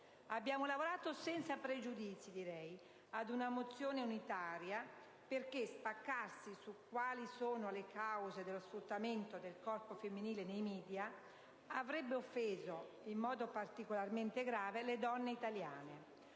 Abbiamo lavorato senza pregiudizi ad un ordine del giorno unitario, perché spaccarsi su quali sono le cause dello sfruttamento del corpo femminile nei *media*, avrebbe offeso in modo particolarmente grave le donne italiane.